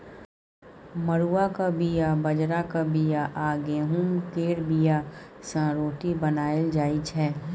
मरुआक बीया, बजराक बीया आ गहुँम केर बीया सँ रोटी बनाएल जाइ छै